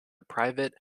private